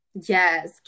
Yes